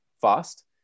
fast